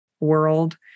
World